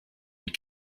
and